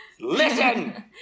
Listen